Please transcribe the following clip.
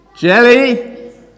Jelly